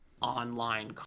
online